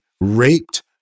raped